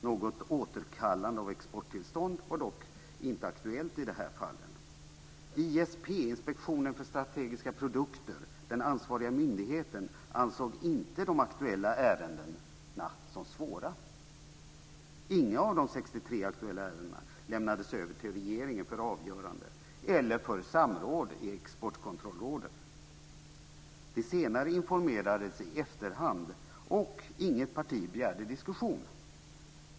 Något återkallande av exporttillstånd var dock inte aktuellt i de här fallen. ISP, Inspektionen för strategiska produkter, den ansvariga myndigheten, ansåg inte de aktuella ärendena som svåra. Inga av de 63 aktuella ärendena lämnades över till regeringen för avgörande eller för samråd i Exportkontrollrådet. Det senare informerade sig i efterhand, och inget parti begärde diskussion.